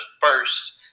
first